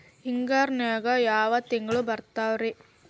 ಹಿಂಗಾರಿನ್ಯಾಗ ಯಾವ ತಿಂಗ್ಳು ಬರ್ತಾವ ರಿ?